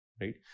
Right